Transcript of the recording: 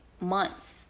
months